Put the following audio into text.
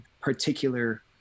particular